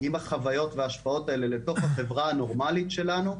עם החוויות והשפעות האלה לתוך החברה הנורמלית שלנו,